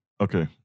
Okay